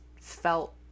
felt